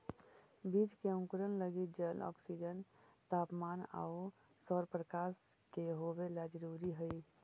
बीज के अंकुरण लगी जल, ऑक्सीजन, तापमान आउ सौरप्रकाश के होवेला जरूरी हइ